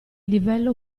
livello